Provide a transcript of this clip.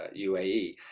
UAE